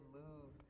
move